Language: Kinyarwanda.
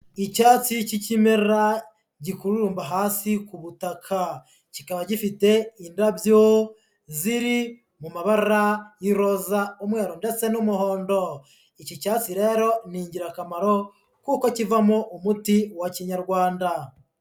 Icyatsi cy'ikimera gikururumba hasi ku butak,a kikaba gifite indabyo ziri mu mabara y'iroza, umweru, ndetse n'umuhondo, iki cyatsi rero ni ingirakamaro kuko kivamo umuti wa kinyarwanda.